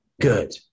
Good